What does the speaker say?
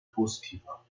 positiver